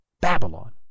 Babylon